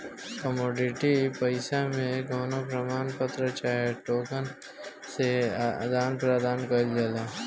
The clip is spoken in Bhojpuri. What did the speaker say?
कमोडिटी पईसा मे कवनो प्रमाण पत्र चाहे टोकन से आदान प्रदान कईल जाला